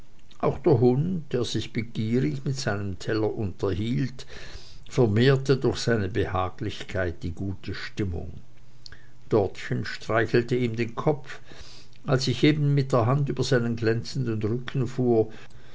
auch der hund der sich begierig mit seinem teller unterhielt vermehrte durch seine behaglichkeit die gute stimmung dortchen streichelte ihm den kopf als ich eben mit der hand über seinen glänzenden rücken fuhr